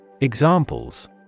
Examples